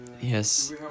Yes